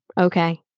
okay